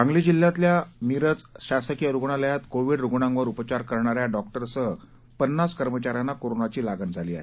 सांगली जिल्ह्यातल्या मिरज शासकीय रुग्णालयात कोवीड रुग्णांवर उपचार करणाऱ्या डॉक्टरसह पन्नास कर्मचाऱ्यांना कोरोनाची लागण झाली आहे